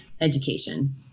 education